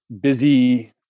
Busy